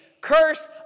curse